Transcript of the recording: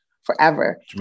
forever